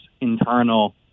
internal